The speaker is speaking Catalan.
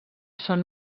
són